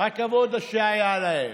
הכבוד שהיה להם.